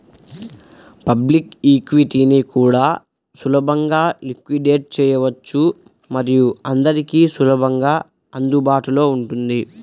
public ఈక్విటీని కూడా సులభంగా లిక్విడేట్ చేయవచ్చు మరియు అందరికీ సులభంగా అందుబాటులో ఉంటుంది